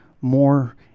more